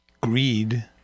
greed